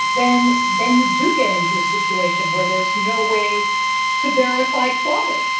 then then you do get into a situation where there's no way to verify quality.